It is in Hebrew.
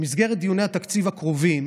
במסגרת דיוני התקציב הקרובים